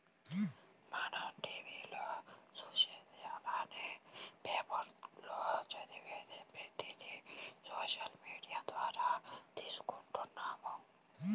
మనం టీవీ లో చూసేది అలానే పేపర్ లో చదివేది ప్రతిది సోషల్ మీడియా ద్వారా తీసుకుంటున్నాము